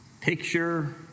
picture